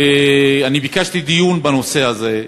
ביקשתי דיון בנושא הזה.